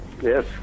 Yes